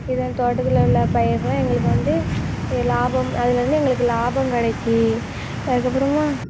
இது எங்கள் தோட்டத்தில் எல்லாம் பயிரெல்லாம் எங்களுக்கு வந்து லாபம் அதிலேருந்து எங்களுக்கு லாபம் கிடைக்கி அதுக்கு அப்புறமா